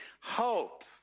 hope